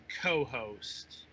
co-host